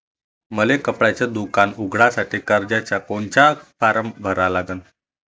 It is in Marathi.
मले कपड्याच दुकान उघडासाठी कर्जाचा कोनचा फारम भरा लागन?